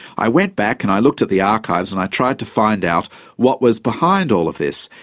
i went back and i looked at the archives and i tried to find out what was behind all of this.